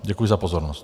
Děkuji za pozornost.